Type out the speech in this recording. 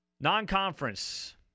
Non-conference